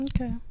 Okay